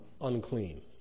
unclean